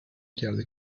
کرده